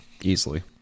easily